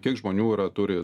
kiek žmonių yra turi